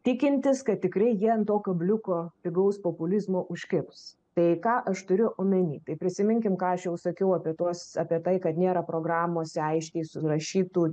tikintis kad tikrai jie ant to kabliuko pigaus populizmo užkibs tai ką aš turiu omeny tai prisiminkim ką aš jau sakiau apie tuos apie tai kad nėra programose aiškiai surašytų